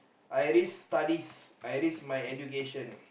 I risk studies I risk my education